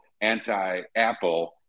anti-Apple